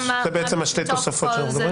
אלה שתי התוספות שאנחנו מדברים עליהן.